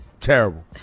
Terrible